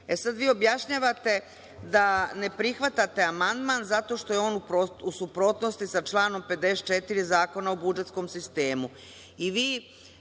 sad, vi objašnjavate da ne prihvatate amandman zato što je on u suprotnosti sa članom 54. Zakona o budžetskom sistemu.